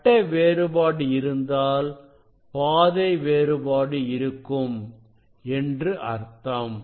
கட்ட வேறுபாடு இருந்தால் பாதை வேறுபாடு இருக்கும் என்று அர்த்தம்